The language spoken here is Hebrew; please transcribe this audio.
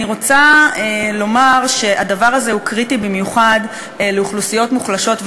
אני רוצה לומר שהדבר הזה הוא קריטי במיוחד לאוכלוסיות מוחלשות,